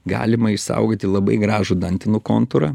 galima išsaugoti labai gražų dantenų kontūrą